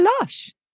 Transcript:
lush